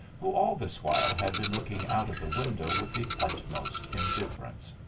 who all this while had been looking out of the window with the utmost indifference.